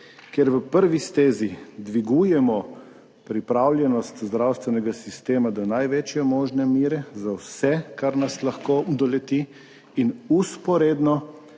kjer v prvi stezi dvigujemo pripravljenost zdravstvenega sistema do največje možne mere za vse, kar nas lahko doleti, in vzporedno